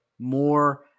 More